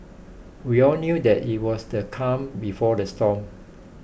we all knew that it was the calm before the storm